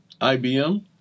IBM